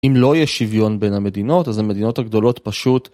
אם לא יהיה שוויון בין המדינות, אז המדינות הגדולות פשוט...